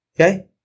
Okay